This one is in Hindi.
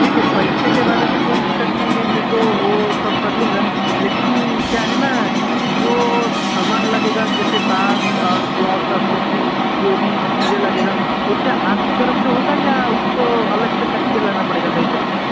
ठीक है पैसे के बारे मे कोई दिक्कत नहीं है मैं तो वो सब कर लूँगा लेकिन क्या है ना कि जो सामान लगेगा जैसे तार और प्लोक स्विच उविच की जो भी चीज़ें लगेगा वो क्या आप की तरफ़ से होगा या उसको अलग से खरीद के लाना पड़ेगा मेरी तरफ़ से